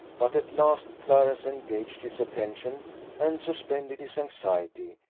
but at last clarence engaged his attention and suspended his anxiety,